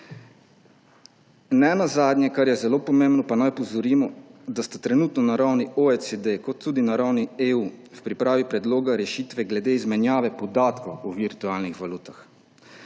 Ne nazadnje, kar je zelo pomembno, pa naj opozorimo, da sta trenutno na ravni OECD ter tudi na ravni EU v pripravi predloga rešitve glede izmenjave podatkov o virtualnih valutah.